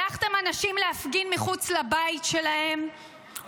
שלחתם אנשים להפגין מחוץ לבית שלהם,